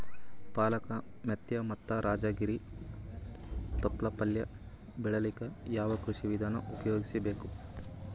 ಪಾಲಕ, ಮೆಂತ್ಯ ಮತ್ತ ರಾಜಗಿರಿ ತೊಪ್ಲ ಪಲ್ಯ ಬೆಳಿಲಿಕ ಯಾವ ಕೃಷಿ ವಿಧಾನ ಉಪಯೋಗಿಸಿ ಬೇಕು?